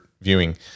viewing